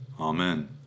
Amen